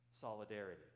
solidarity